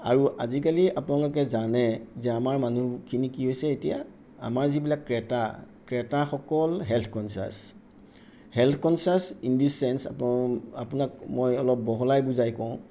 আৰু আজিকালি আপোনালোকে জানে যে আমাৰ মানুহখিনিৰ কি হৈছে এতিয়া আমাৰ যিবিলাক ক্ৰেতা ক্ৰেতাসকল health conscious health conscious in the change আপন আপোনাক মই অলপ বহলাই বুজাই কওঁ